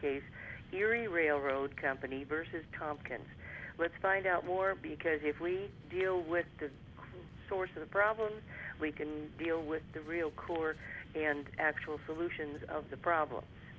case erie railroad company versus tompkins let's find out more because if we deal with the source of the problem we can deal with the real core and actual solutions of the problem